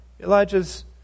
Elijah's